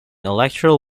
electoral